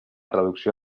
traducció